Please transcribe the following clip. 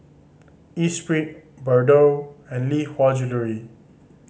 Espirit Bardot and Lee Hwa Jewellery